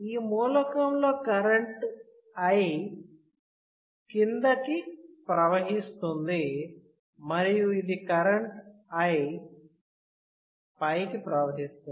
ఈ మూలకం లో కరెంట్ I కిందకి ప్రవహిస్తుంది మరియు ఇది కరెంట్ I పైకి ప్రవహిస్తుంది